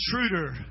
intruder